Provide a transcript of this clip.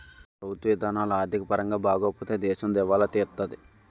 ప్రభుత్వ ఇధానాలు ఆర్థిక పరంగా బాగోపోతే దేశం దివాలా తీత్తాది